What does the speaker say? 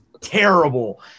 terrible